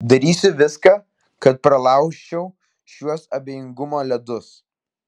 darysiu viską kad pralaužčiau šiuos abejingumo ledus